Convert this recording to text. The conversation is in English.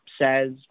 says